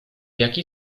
jaki